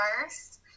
first